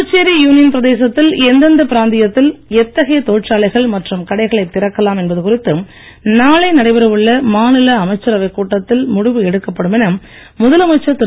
Puducherry union பிரதேசத்தில் எந்தெந்த பிராந்தியத்தில் எத்தகைய தொழிற்சாலைகள் மற்றும் கடைகளைத் திறக்கலாம் என்பது குறித்து நாளை நடைபெற உள்ள மாநில அமைச்சரவைக் கூட்டத்தில் முடிவு எடுக்கப்படும் என முதலமைச்சர் திரு